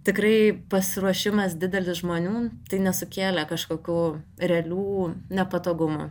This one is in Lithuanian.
tikrai pasiruošimas didelis žmonių tai nesukėlė kažkokių realių nepatogumų